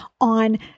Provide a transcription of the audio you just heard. on